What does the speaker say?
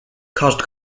caused